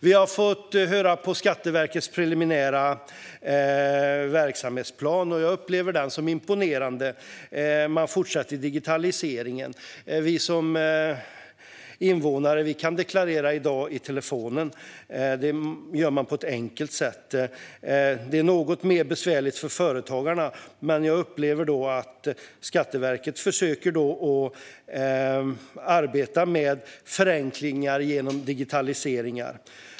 Vi har fått höra på Skatteverkets preliminära verksamhetsplan. Jag upplever den som imponerande. Man fortsätter digitaliseringen. Vi som invånare kan i dag deklarera i telefonen på ett enkelt sätt. Det är något besvärligare för företagarna, men jag upplever att Skatteverket försöker arbeta med förenklingar genom digitalisering.